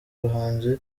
abahanzi